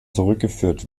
zurückgeführt